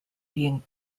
being